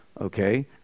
Okay